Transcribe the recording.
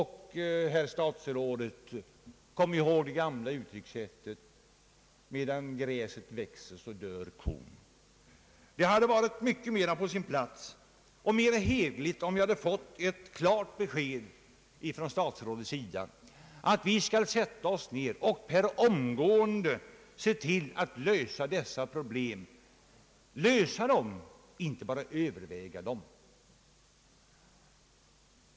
Herr statsrådet kommer väl ihåg det gamla uttryckssättet: Medan gräset växer dör kon. Det hade varit mycket mera på sin plats och mera hederligt om vi hade fått ett klart besked från statsrådet, att nu skall vi per omgående se till att lösa dessa problem -— lösa dem, inte bara överväga dem.